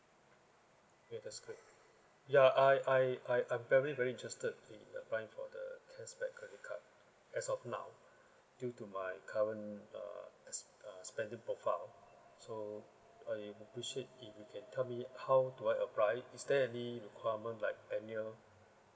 ya that's great ya I I I I'm very very interested in applying for the cashback credit card as of now due to my current uh uh spending profile so I appreciate if you can tell me how do I apply is there any requirement like annual